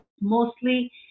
mostly